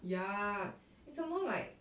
ya is some more like